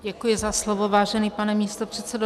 Děkuji za slovo, vážený pane místopředsedo.